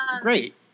great